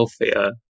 healthier